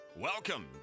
Welcome